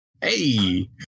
Hey